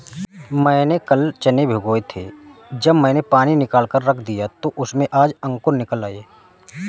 मैंने कल चने भिगोए थे जब मैंने पानी निकालकर रख दिया तो उसमें आज अंकुर निकल आए